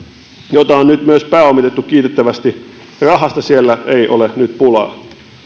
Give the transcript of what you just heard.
jota on nyt myös pääomitettu kiitettävästi rahasta siellä ei ole nyt pulaa